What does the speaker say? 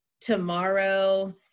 tomorrow